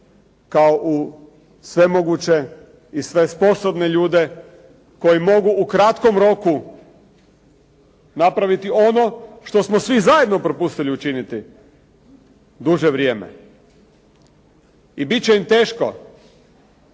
kao u svemoguće i sve sposobne ljude koji mogu u kratkom roku napraviti ono što smo svi zajedno propustili učiniti duže vrijeme. I bit će im teško